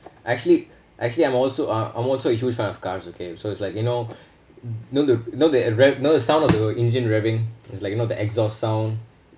actually actually I'm also uh I'm also a huge fan of cars okay so it's like you know know the know the rev~ know the sound of the engine revving it's like you know the exhaust sound